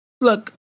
look